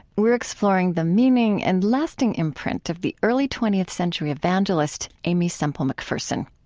we're exploring the meaning and lasting imprint of the early twentieth century evangelist aimee semple mcpherson.